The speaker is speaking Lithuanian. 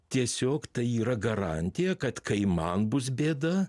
tiesiog tai yra garantija kad kai man bus bėda